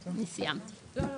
סיימתי.